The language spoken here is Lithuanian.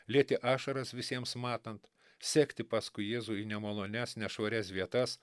lieti ašaras visiems matant sekti paskui jėzų į nemalonias nešvarias vietas